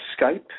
Skype